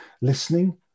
listening